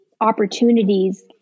opportunities